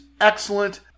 excellent